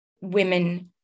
women